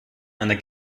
einer